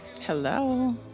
hello